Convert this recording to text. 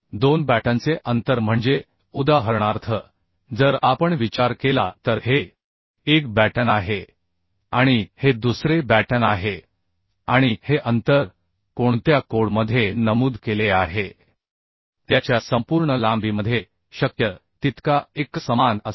दोन बॅटनचे अंतर म्हणजे उदाहरणार्थ जर आपण विचार केला तर हे एक बॅटन आहे आणि हे दुसरे बॅटन आहे आणि हे अंतर कोणत्या कोडमध्ये नमूद केले आहे त्याच्या संपूर्ण लांबीमध्ये शक्य तितका एकसमान असावा